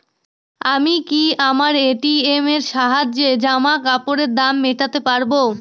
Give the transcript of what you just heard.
আমি কি আমার এ.টি.এম এর সাহায্যে জামাকাপরের দাম মেটাতে পারব?